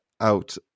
out